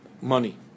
money